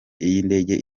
y’indege